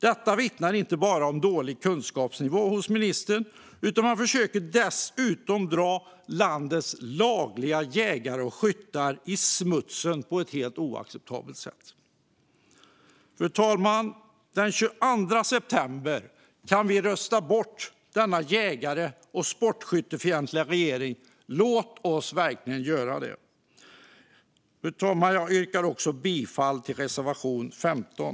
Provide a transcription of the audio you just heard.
Detta vittnar inte bara om en låg kunskapsnivå hos ministern, utan han försöker dessutom dra landets lagliga jägare och skyttar i smutsen på ett helt oacceptabelt sätt. Fru talman! Den 11 september kan vi rösta bort denna jägar och sportskyttefientliga regering. Låt oss göra det! Jag yrkar bifall till reservation 15.